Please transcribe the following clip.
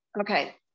Okay